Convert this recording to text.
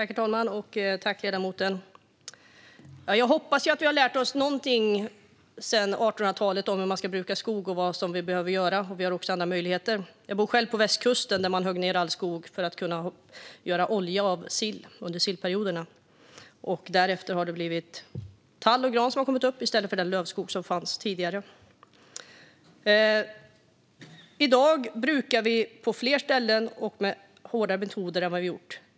Herr talman! Jag hoppas att vi har lärt oss något sedan 1800-talet om hur vi ska bruka skog och vad vi behöver göra. Vi har också andra möjligheter i dag. Jag bor själv på västkusten där man högg ned all skog för att kunna göra olja av sill under sillperioderna. Därefter kom tall och gran upp i stället för den lövskog som fanns tidigare. I dag brukar vi på fler ställen och med hårdare metoder än vad vi gjorde tidigare.